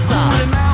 Sauce